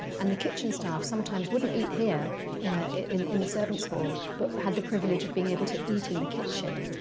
and the kitchen staff sometimes wouldn't eat here in ah in the servants' hall, but had the privilege of being able to eat in the kitchen,